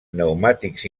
pneumàtics